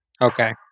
Okay